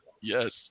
Yes